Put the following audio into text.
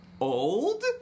Old